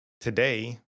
Today